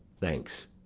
thanks,